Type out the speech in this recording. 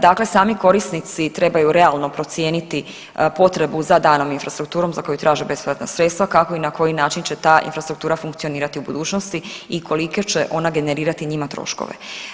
Dakle, sami korisnici trebaju realno procijeniti potrebu za danom infrastrukturom za koju traže bespovratna sredstva kako i na koji način će ta infrastruktura funkcionirati u budućnosti i kolike će ona generirati njima troškove.